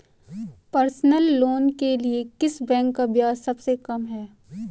Personal loan के लिए किस बैंक का ब्याज सबसे कम है?